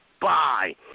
Bye